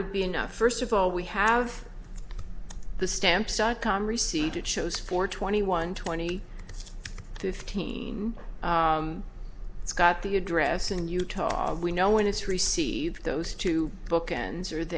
would be enough first of all we have the stamps dot com receipt it shows for twenty one twenty fifteen it's got the address in utah we know when it's received those two book